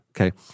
Okay